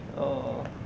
oo